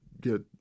get